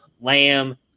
Lamb